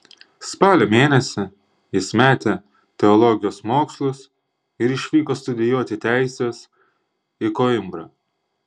spalio mėnesį jis metė teologijos mokslus ir išvyko studijuoti teisės į koimbrą